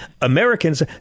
Americans